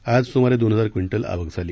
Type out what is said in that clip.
आज स्मारे दोन हजार क्विंटल आवक झाली